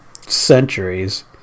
centuries